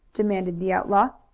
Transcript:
demanded the outlaw.